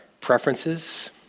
preferences